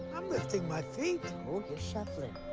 i'm lifting my you're shuffling.